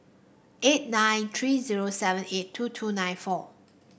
eight nine three zero seven eight two two nine four